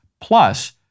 Plus